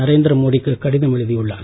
நரேந்திர மோடிக்கு கடிதம் எழுதியுள்ளார்